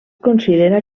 considera